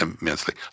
immensely